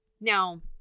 Now